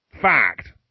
Fact